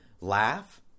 laugh